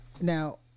now